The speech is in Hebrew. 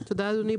תודה, אדוני.